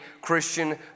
Christian